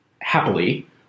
happily